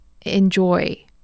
enjoy